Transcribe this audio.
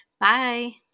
Bye